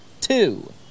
two